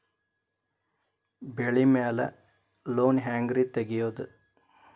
ಬೆಳಿ ಮ್ಯಾಲೆ ಲೋನ್ ಹ್ಯಾಂಗ್ ರಿ ತೆಗಿಯೋದ?